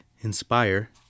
inspire